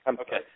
Okay